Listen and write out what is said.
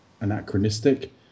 anachronistic